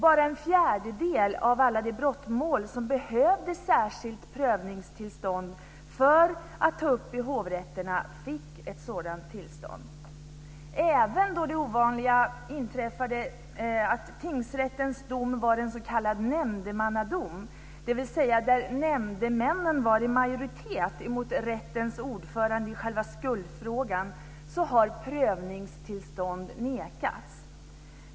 Bara en fjärdedel av alla de brottmål som behövde särskilt prövningstillstånd för att tas upp i hovrätterna fick ett sådant tillstånd. Även då det ovanliga inträffat att tingsrättens dom varit en s.k. nämndemannadom, dvs. att nämndemännen varit i majoritet mot rättens ordförande i själva skuldfrågan, har prövningstillstånd nekats.